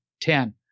ten